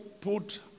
put